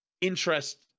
interest